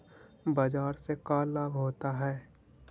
बाजार से का लाभ होता है?